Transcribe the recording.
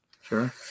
Sure